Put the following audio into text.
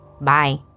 bye